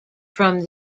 from